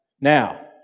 now